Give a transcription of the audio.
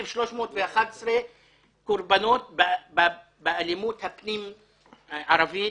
1,311 קורבנות באלימות הפנים ערבית